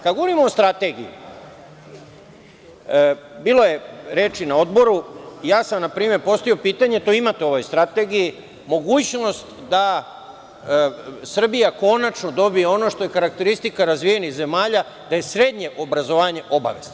Kada govorimo o strategiji, bilo je reči na odboru, ja sam npr. postavio pitanje, to imate u ovoj strategiji, mogućnost da Srbija konačno dobije ono što je karakteristika razvijenih zemalja, da je srednje obrazovanje obavezno.